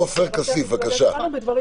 הינה, איתן.